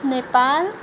Nepal